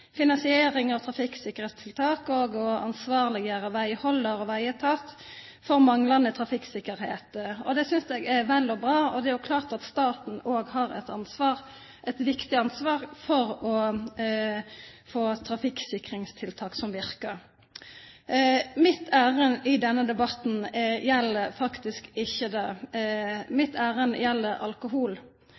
finansiering av trafikksikkerhetstiltak og å ansvarliggjøre veiholder og veietat for manglende trafikksikkerhet. Det synes jeg er vel og bra. Det er jo klart at staten også har et ansvar – et viktig ansvar – for trafikksikringstiltak som virker. Mitt ærend i denne debatten gjelder faktisk ikke det. Mitt ærend gjelder alkohol.